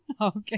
Okay